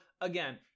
again